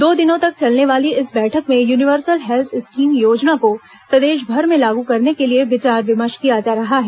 दो दिनों तक चलने वाली इस बैठक में यूनिवर्सल हेल्थ स्कीम योजना को प्रदेशभर में लागू करने के लिए विचार विमर्श किया जा रहा है